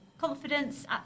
confidence